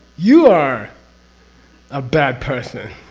you are a bad person.